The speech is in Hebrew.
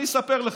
אני אספר לך,